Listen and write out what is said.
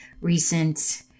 recent